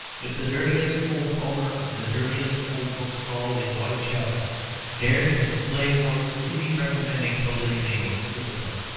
if the dirtiest old owner of the dirtiest old bookstall in whitechapel dared to display works really recommending polygamy or suicide,